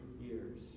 years